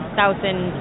thousand